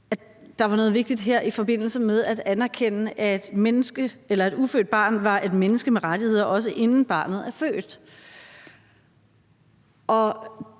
der var noget vigtigt her i forbindelse med at anerkende, at et ufødt barn er et menneske med rettigheder, også inden barnet er født.